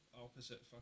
opposite